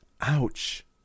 ouch